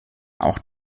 auch